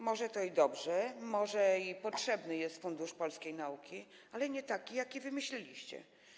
Może to i dobrze, może i potrzebny jest Fundusz Polskiej Nauki, ale nie taki, jaki wymyśliliście.